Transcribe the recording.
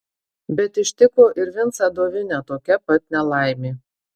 bet ištiko ir vincą dovinę tokia pat nelaimė